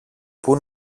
πού